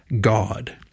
God